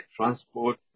transport